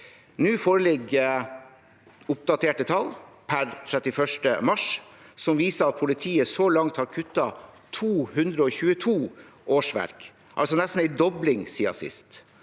Nå foreligger oppdaterte tall, per 31. mars, som viser at politiet så langt har kuttet 222 årsverk, altså nesten en dobling siden sist.